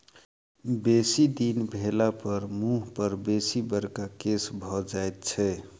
बेसी दिन भेलापर मुँह पर बेसी बड़का केश भ जाइत छै